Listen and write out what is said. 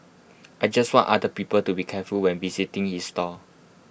I just want other people to be careful when visiting this stall